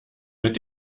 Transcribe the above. mit